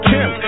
Kim